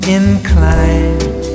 inclined